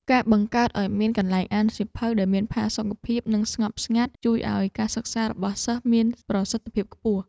ការបង្កើតឱ្យមានកន្លែងអានសៀវភៅដែលមានផាសុកភាពនិងស្ងប់ស្ងាត់ ជួយឱ្យការសិក្សាស្រាវជ្រាវរបស់សិស្សមានប្រសិទ្ធភាពខ្ពស់។